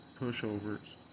pushovers